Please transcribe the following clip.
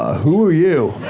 ah who are you?